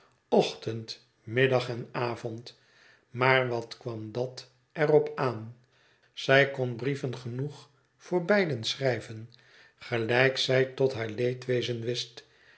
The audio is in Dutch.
ochtend middag en avond maar wat kwam dat er op aan zij kon brieven genoeg voor beiden schrijven gelijk zij tot haar leedwezen